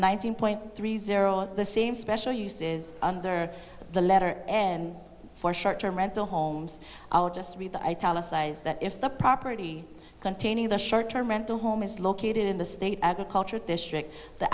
nineteen point three zero at the same special uses under the letter n for short term rental homes i'll just read that i tell a size that if the property containing the short term rental home is located in the state agricultural district the